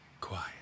quiet